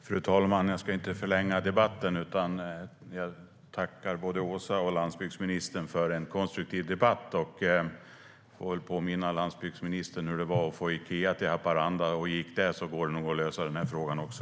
Fru talman! Jag ska inte förlänga debatten, utan jag tackar både Åsa och landsbygdsministern för en konstruktiv debatt. Jag får väl påminna landsbygdsministern om hur det var att få Ikea till Haparanda. Om det gick så går det nog att lösa den här frågan också.